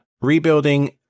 Rebuilding